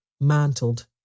mantled